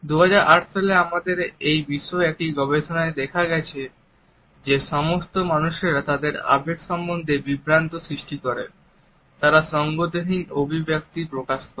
2008 সালে আমাদের এই বিষয়ে একটি গবেষণায় দেখা গেছে যে যে সমস্ত মানুষরা তাদের আবেগ সম্বন্ধে বিভ্রান্ত সৃষ্টি করে তারা সঙ্গতিহীন অভিব্যক্তি প্রকাশ করে